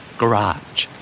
Garage